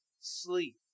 sleep